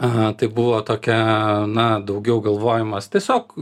aha tai buvo tokia na daugiau galvojimas tiesiog